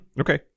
Okay